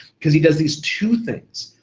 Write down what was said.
cause he does these two things.